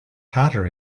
hatter